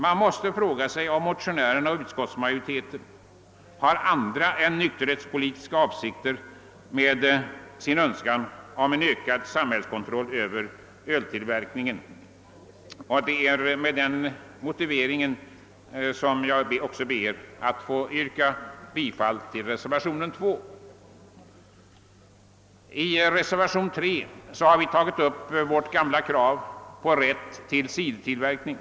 Man måste fråga sig, om motionärerna och utskottsmajoriteten har andra avsikter än nykterhetspolitiska med sin önskan om ökad samhällskontroll över öltillverkningen. Det är med den motiveringen som jag ber att också få yrka bifall till reservationen 2. I reservation 3 har vi tagit upp vårt gamla krav på rätt till cidertillverkning.